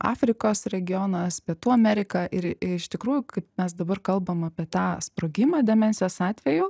afrikos regionas pietų amerika ir iš tikrųjų kaip mes dabar kalbam apie tą sprogimą demencijos atvejų